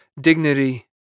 dignity